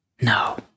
No